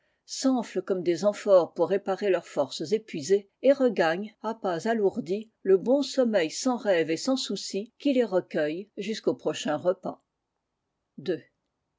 s'enflent comme des amphores pour réparer leurs forces épuisées et regagnent à pas alourdis le bon sommeil sans rêve et sans soucis qui les recueille jusqu'au prochain repas